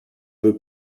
veux